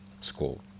school